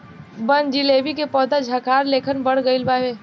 बनजीलेबी के पौधा झाखार लेखन बढ़ गइल बावे